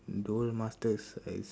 duel master